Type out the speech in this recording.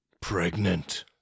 pregnant